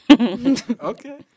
Okay